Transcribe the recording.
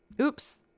Oops